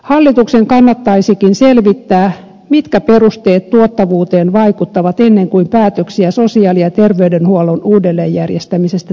hallituksen kannattaisikin selvittää mitkä perusteet tuottavuuteen vaikuttavat ennen kuin päätöksiä sosiaali ja terveydenhuollon uudelleenjärjestämisestä tehdään